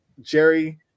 Jerry